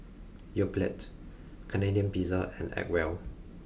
Yoplait Canadian Pizza and Acwell